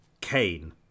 Cain